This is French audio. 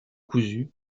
cousu